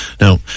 Now